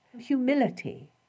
humility